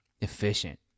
efficient